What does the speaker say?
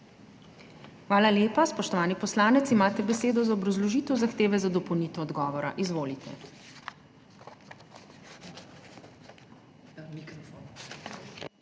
Hvala lepa. Spoštovani poslanec, imate besedo za obrazložitev zahteve za dopolnitev odgovora. Izvolite.